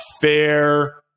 fair